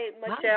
Michelle